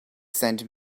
send